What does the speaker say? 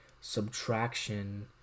subtraction